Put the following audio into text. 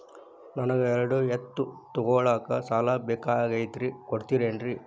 ನನಗ ಎರಡು ಎತ್ತು ತಗೋಳಾಕ್ ಸಾಲಾ ಬೇಕಾಗೈತ್ರಿ ಕೊಡ್ತಿರೇನ್ರಿ?